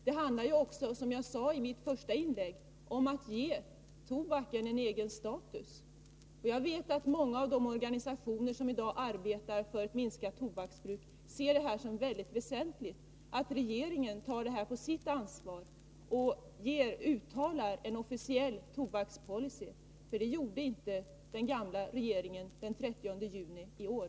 Det handlar också om, som jag sade i mitt första inlägg, att ge tobaken en egen status. Jag vet att många av de organisationer som i dag arbetar för ett minskat tobaksbruk ser det som väsentligt att regeringen tar detta på sitt ansvar och ger uttryck för en officiell tobakspolicy. Det gjorde inte den gamla regeringen den 30 juni i år.